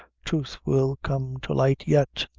truth will come to light yet.